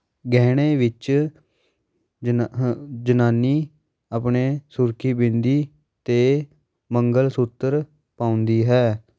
ਗਹਿਣੇ ਵਿੱਚ ਜਨਾ ਹ ਜਨਾਨੀ ਆਪਣੇ ਸੁਰਖੀ ਬਿੰਦੀ ਅਤੇ ਮੰਗਲ ਸੂਤਰ ਪਾਉਂਦੀ ਹੈ